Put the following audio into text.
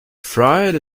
fried